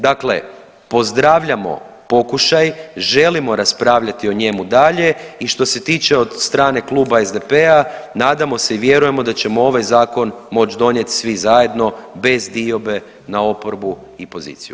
Dakle, pozdravljamo pokušaj, želimo raspravljati o njemu dalje i što se tiče od strane Kluba SDP-a nadamo se i vjerujemo da ćemo ovaj zakon moć donijet svi zajedno bez diobe na oporbe i poziciju.